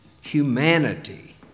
humanity